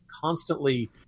constantly